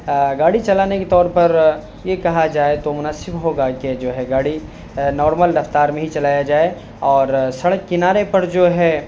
گاڑی چلانے کے طور پر یہ کہا جائے تو مناسب ہوگا کہ جو ہے گاڑی نارمل رفتار میں ہی چلایا جائے اور سڑک کنارے پر جو ہے